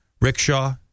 rickshaw